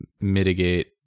mitigate